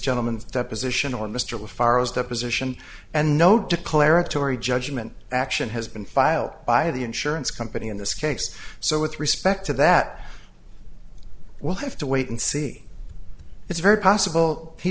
gentleman's deposition or mr far as deposition and no declaratory judgment action has been filed by the insurance company in this case so with respect to that we'll have to wait and see it's very possible he